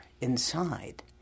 inside